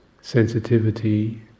sensitivity